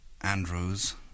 Andrews